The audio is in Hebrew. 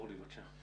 אורלי, בבקשה.